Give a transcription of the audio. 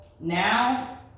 Now